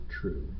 true